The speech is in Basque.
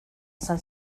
san